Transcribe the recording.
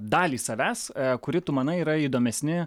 dalį savęs kuri tu manai yra įdomesni